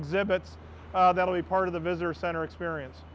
exhibits that'll be part of the visitor center experience